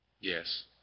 Yes